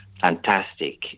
fantastic